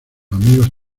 amigos